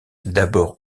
d’abord